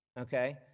Okay